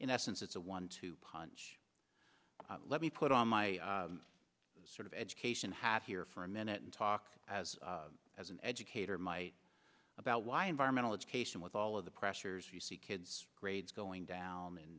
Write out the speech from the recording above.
in essence it's a one two punch let me put on my sort of education hat here for a minute and talk as as an educator might about why environmental education with all of the pressures you see kids grades going down in